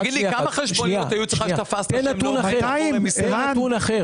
אין נתון אחר.